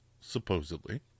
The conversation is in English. supposedly